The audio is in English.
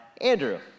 Andrew